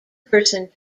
person